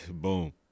Boom